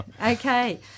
Okay